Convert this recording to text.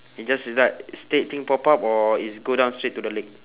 it's just like straight thing pop up or it's go down straight to the leg